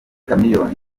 chameleone